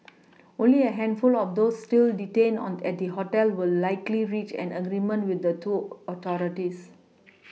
only a handful of those still detained on at the hotel will likely reach an agreement with the tool authorities